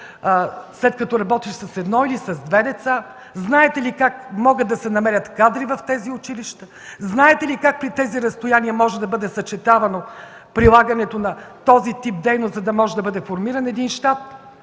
след като работиш с едно или с две деца? Знаете ли как могат да се намерят кадри в тези училища? Знаете ли как при тези разстояния може да бъде съчетавано прилагането на този тип дейност, за да може да бъде формиран един щат?